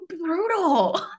brutal